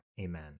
Amen